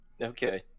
Okay